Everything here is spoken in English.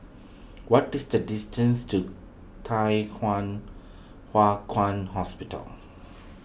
what is the distance to Thye Kwan Hua Kwan Hospital